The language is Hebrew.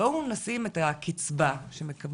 בואו נשים את הקיצבה שמקבלים,